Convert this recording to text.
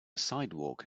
sidewalk